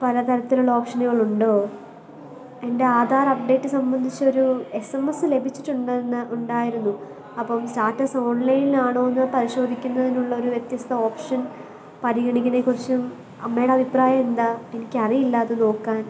പലതരത്തിലുള്ള ഓപ്ഷനുകളുണ്ടോ എൻ്റെ ആധാർ അപ്ഡേറ്റ് സംബന്ധിച്ച് ഒരു എസ്സ് എം എസ് ലഭിച്ചിട്ടുണ്ടെന്ന് ഉണ്ടായിരുന്നു അപ്പം സ്റ്റാറ്റസ് ഓൺലൈൻ ആണോയെന്ന് പരിശോധിക്കുന്നതിനുള്ള ഒരു വ്യത്യസ്ത ഓപ്ഷൻ പരിഗണിക്കുന്നതിനെക്കുറിച്ചും അമ്മയുടെ അഭിപ്രായം എന്താ എനിക്കറിയില്ല അത് നോക്കാൻ